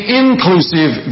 inclusive